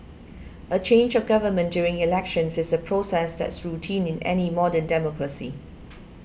a change of government during elections is a process that's routine in any modern democracy